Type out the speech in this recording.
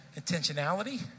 intentionality